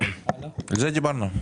על זה דיברנו.